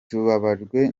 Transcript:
tubabajwe